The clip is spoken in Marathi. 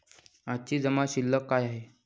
आजची जमा शिल्लक काय आहे?